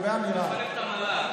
לפרק את המל"ג.